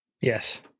yes